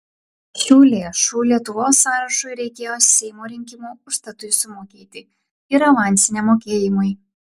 šių lėšų lietuvos sąrašui reikėjo seimo rinkimų užstatui sumokėti ir avansiniam mokėjimui